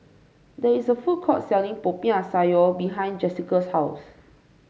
there is a food court selling Popiah Sayur behind Jesica's house